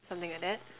something like that